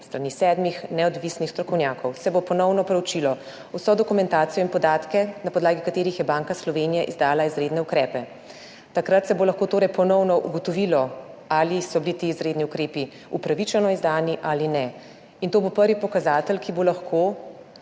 strani sedmih neodvisnih strokovnjakov se bo ponovno preučilo vso dokumentacijo in podatke, na podlagi katerih je Banka Slovenije izdala izredne ukrepe. Takrat se bo lahko torej ponovno ugotovilo, ali so bili ti izredni ukrepi izdani upravičeno ali ne. In to bo prvi pokazatelj, ki bo lahko